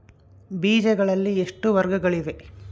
ಬೇಜಗಳಲ್ಲಿ ಎಷ್ಟು ವರ್ಗಗಳಿವೆ?